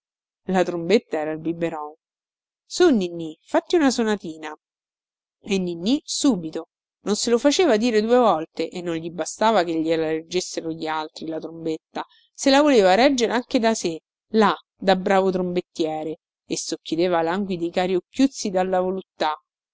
la trombetta era il biberon su ninnì fatti una sonatina e ninnì subito non se lo faceva dire due volte e non gli bastava che gliela reggessero gli altri la trombetta se la voleva reggere anche da sé là da bravo trombettiere e socchiudeva languidi i cari occhiuzzi dalla voluttà